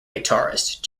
guitarist